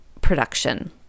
production